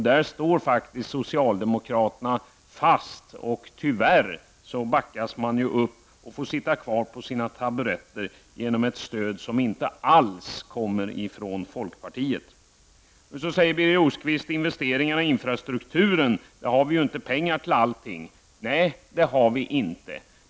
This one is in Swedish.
Där står faktiskt socialdemokraterna fast, och tyvärr backas de upp och får sitta kvar på sina taburetter av ett stöd som inte alls kommer från folkpartiet. Så säger Birger Rosqvist att vi inte har pengar till alla investeringar i infrastruktur. Nej, det har vi inte.